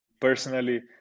personally